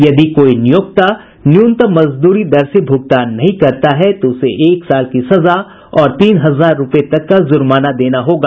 यदि कोई नियोक्ता न्यूनतम मजदूरी दर से भुगतान नहीं करता है तो उसे एक साल की सजा और तीन हजार रूपये तक का जुर्माना देना होगा